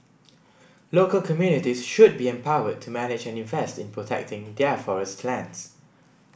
local communities should be empowered to manage and invest in protecting their forest lands